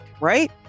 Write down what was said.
right